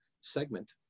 segment